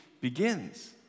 begins